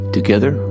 Together